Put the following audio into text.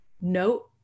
no